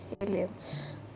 aliens